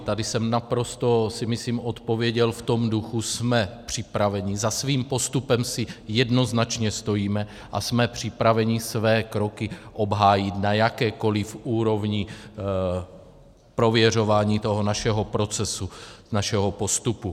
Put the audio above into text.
Tady jsem naprosto, si myslím, odpověděl v tom duchu jsme připraveni, za svým postupem si jednoznačně stojíme a jsme připraveni své kroky obhájit na jakékoliv úrovni v prověřování toho našeho procesu, našeho postupu.